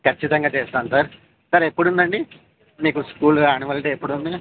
ఖచ్చితంగా చేస్తాను sir sir ఎప్పుడు ఉందండి మీకు స్కూల్ యాన్యువల్ డే ఎప్పుడు ఉంది